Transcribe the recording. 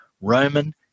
Roman